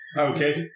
Okay